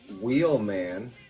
Wheelman